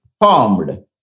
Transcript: formed